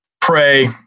pray